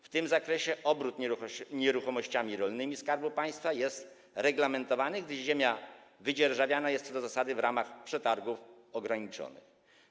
W tym zakresie obrót nieruchomościami rolnymi Skarbu Państwa jest reglamentowany, gdyż ziemia wydzierżawiana jest co do zasady w ramach przetargów ograniczonych.